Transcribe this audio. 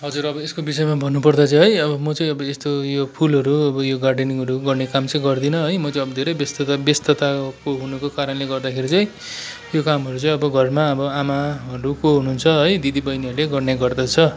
हजुर अब यसको विषयमा भन्नुपर्दा चाहिँ है अब म चाहिँ अब यस्तो यो फुलहरू अब यो गार्डनिङहरू गर्ने काम चाहिँ गर्दिनँ है म चाहिँ अब धेरै व्यस्तता व्यस्तताको हुनुको कारणले गर्दाखेरि चाहिँ यो कामहरू चाहिँ अब घरमा अब आमाहरू को हुनुहुन्छ है दिदी बहिनीहरूले गर्ने गर्दछ